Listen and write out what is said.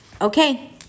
Okay